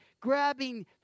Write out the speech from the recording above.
grabbing